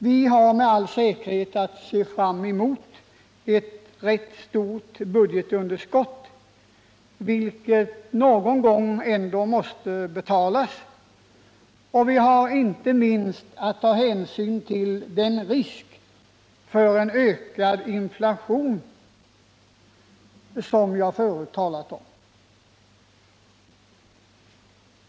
Vi har med all säkerhet att se fram mot ett rätt stort budgetunder — Nr 55 skott, vilket någon gång ändå måste betalas, och vi har inte minst att ta hänsyn till den risk för en ökad inflation som jag förut talade om.